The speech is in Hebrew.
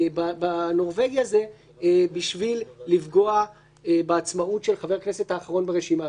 בנורבגי הזה בשביל לפגוע בעצמאות של חבר הכנסת האחרון ברשימה.